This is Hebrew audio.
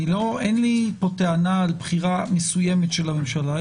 אין לי פה טענה על בחירה מסוימת של הממשלה.